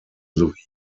sowie